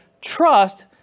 trust